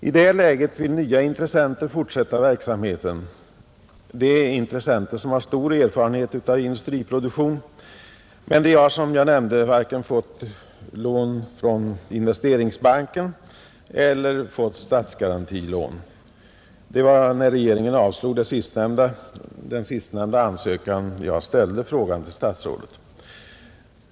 I det läget vill nya intressenter fortsätta verksamheten. Det är intressenter som har stor erfarenhet av industriproduktion, men de har som jag nämnde fått varken lån från Investeringsbanken eller statsgarantilån. Det var när regeringen avslog den sistnämnda ansökan som jag ställde frågan till statsrådet.